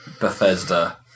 Bethesda